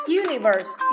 universe